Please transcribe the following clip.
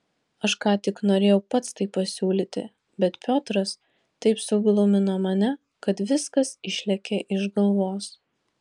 aš ką tik norėjau pats tai pasiūlyti bet piotras taip suglumino mane kad viskas išlėkė iš galvos